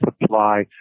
supply